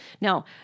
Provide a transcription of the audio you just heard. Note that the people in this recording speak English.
Now